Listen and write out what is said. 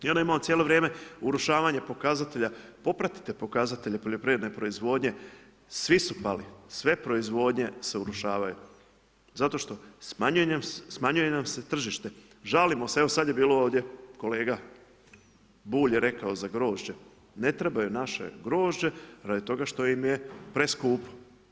I onda imamo cijelo vrijeme urušavanje pokazatelja, popratite pokazatelje poljoprivredne proizvodnje, svi su pali, sve proizvodnje se urušavaju zato što smanjuje nam se tržište, žalimo se, evo sad je bilo kolega Bulj rekao za grožđe, ne trebaju naše grožđe radi toga što nam je preskupo.